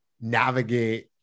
navigate